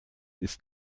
ist